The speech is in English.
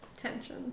tension